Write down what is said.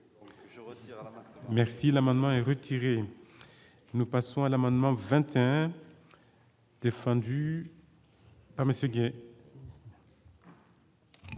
Merci l'amendement est retiré, nous passons à l'amendement 21 défendu à monsieur.